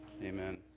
Amen